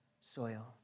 soil